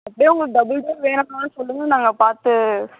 அப்படியே உங்களுக்கு double door வேணும்னாலும் சொல்லுங்கள் நாங்கள் பார்த்து